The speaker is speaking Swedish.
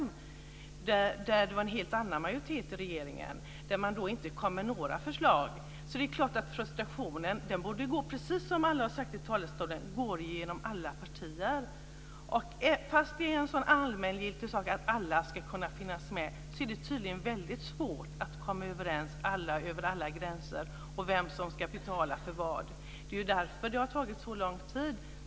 Då var det en helt annan majoritet i regeringen. Man kom inte med några förslag. Det är klart att frustrationen, precis som alla har sagt i talarstolen, borde gå genom alla partier. Trots att det är en så allmängiltig sak att alla ska kunna vara med är det tydligen svårt att komma överens över alla gränser om vem som ska betala för vad. Det är därför det har tagit så lång tid.